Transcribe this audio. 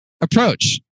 approach